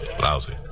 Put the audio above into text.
Lousy